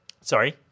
Sorry